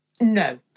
No